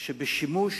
שבשימוש